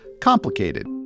complicated